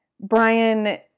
Brian